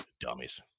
dummies